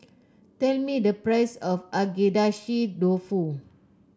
tell me the price of Agedashi Dofu